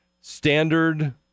standard